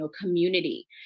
community